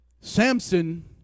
Samson